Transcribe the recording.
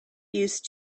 used